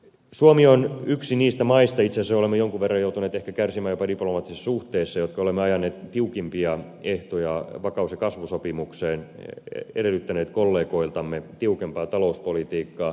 suomi on yksi niistä maista itse asiassa olemme jonkun verran joutuneet ehkä kärsimään jopa diplomaattisissa suhteissa joka on ajanut tiukimpia ehtoja vakaus ja kasvusopimukseen edellyttänyt kollegoiltaan tiukempaa talouspolitiikkaa